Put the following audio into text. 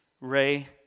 Ray